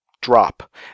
drop